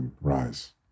rise